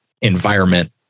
environment